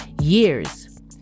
Years